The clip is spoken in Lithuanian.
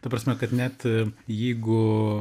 ta prasme kad net jeigu